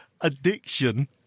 Addiction